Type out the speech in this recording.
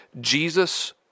Jesus